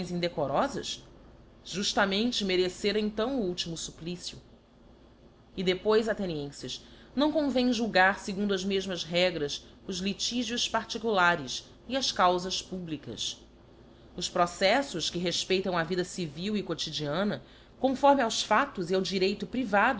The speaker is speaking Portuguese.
indecorofas juftamente merecera então o ultimo fupplicio e depois athenienfes não convém julgar fegundo as mefmas regras os litigios particulares e as causas publicas os proceflbs que respeitam á vida civil e quotidiana conforme aos factos e ao direito